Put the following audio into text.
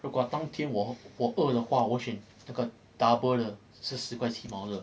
如果当天我我饿了的话我会选那个 double 的是十块七毛的